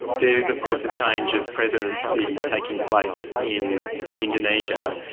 there is of course a change of presidency taking place in indonesia.